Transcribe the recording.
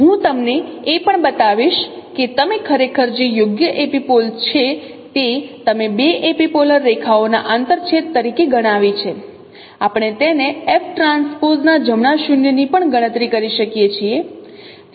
હું તમને એ પણ બતાવીશ કે તમે ખરેખર જે યોગ્ય એપિપોલ છે તે તમે બે એપિપોલર રેખાઓનાં આંતર છેદ તરીકે ગણાવી છે આપણે તેને FT ના જમણા શૂન્યની પણ ગણતરી કરી શકીએ છીએ